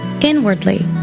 inwardly